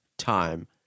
time